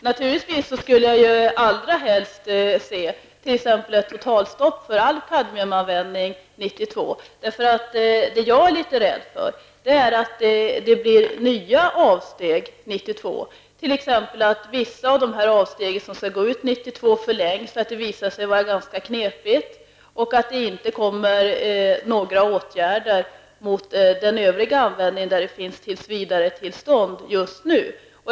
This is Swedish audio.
Herr talman! Jag skulle naturligtvis allra helst se t.ex. ett totalstopp för all kadmiumanvändning år 1992. Det jag är litet rädd för är att det blir nya avsteg 1992, t.ex. att de bestämmelser om vissa undantag som går ut år 1992 förlängs, eftersom det kan visa sig vara ganska knepigt att avskaffa dem, och att det inte vidtas några åtgärder mot den övriga användning för vilken det just nu finns tillsvidaretillstånd.